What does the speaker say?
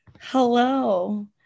Hello